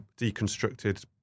deconstructed